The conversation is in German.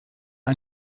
ein